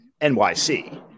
NYC